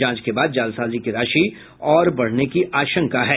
जांच के बाद जालसाजी की राशि और बढ़ने की आशंका है